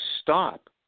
stop